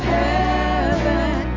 heaven